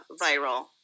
viral